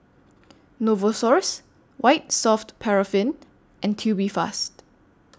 Novosource White Soft Paraffin and Tubifast